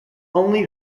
only